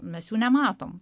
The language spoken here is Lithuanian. mes jų nematom